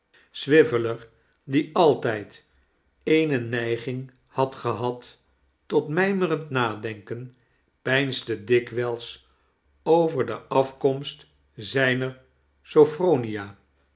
swiveller die altijd eene neiging had gehad tot mijmerend nadenken peinsde dikwijls over de afkomst zijner sophronia